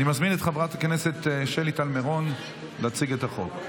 אני מזמין את חברת הכנסת שלי טל מירון להציג את החוק,